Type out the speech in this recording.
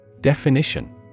Definition